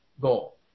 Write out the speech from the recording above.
goal